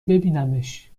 ببینمش